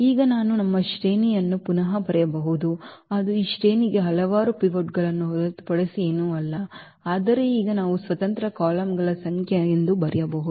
ಈಗ ನಾವು ನಮ್ಮ ಶ್ರೇಣಿಯನ್ನು ಪುನಃ ಬರೆಯಬಹುದು ಅದು ಈ ಶ್ರೇಣಿಗೆ ಹಲವಾರು ಪಿವೋಟ್ಗಳನ್ನು ಹೊರತುಪಡಿಸಿ ಏನೂ ಅಲ್ಲ ಆದರೆ ಈಗ ನಾವು ಸ್ವತಂತ್ರ ಕಾಲಮ್ಗಳ ಸಂಖ್ಯೆ ಎಂದು ಬರೆಯಬಹುದು